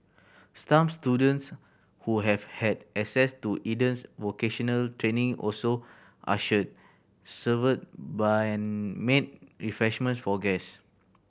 some students who have had access to Eden's vocational training also ushered served by made refreshments for guests